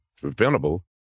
preventable